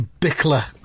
Bickler